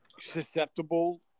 susceptible